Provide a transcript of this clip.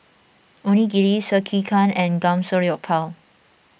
Onigiri Sekihan and Samgyeopsal